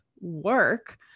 work